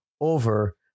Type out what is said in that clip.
over